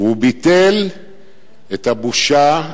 והוא ביטל את הבושה,